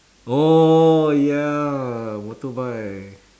oh ya motorbike